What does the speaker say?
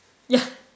yeah